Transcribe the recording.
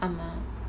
mm